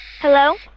Hello